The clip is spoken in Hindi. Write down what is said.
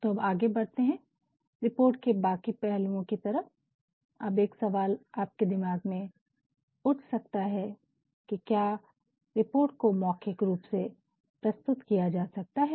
तो अब आगे बढ़ते हैं रिपोर्ट के बाकी पहलुओं की तरफ अब एक सवाल आपके दिमाग में उठ सकता है की क्या रिपोर्ट को मौखिक रूप से प्रस्तुत किया जा सकता है